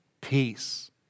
peace